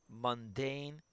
mundane